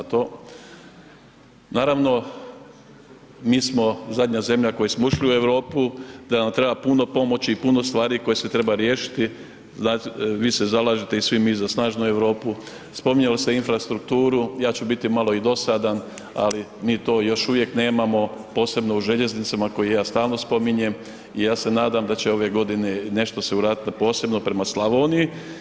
Naravno, mi smo zadnja zemlja koji smo ušli u Europu, da nam treba puno pomoći i puno stvari koje se treba riješiti, vi se zalažete i svi mi za snažnu Europu, spominjali ste infrastrukturu, ja ću biti malo i dosadan, ali mi to još uvijek nemamo, posebno u željeznicama koje ja stalno spominjem i ja se nadam da će ove godine nešto se uradit posebno prema Slavoniji.